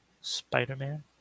Spider-Man